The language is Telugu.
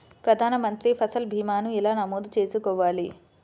ప్రధాన మంత్రి పసల్ భీమాను ఎలా నమోదు చేసుకోవాలి?